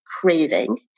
craving